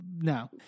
no